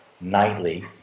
nightly